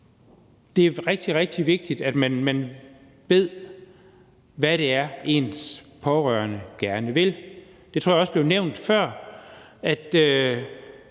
det er rigtig, rigtig vigtigt, at man ved, hvad ens pårørende gerne vil. Det tror jeg også blev nævnt før,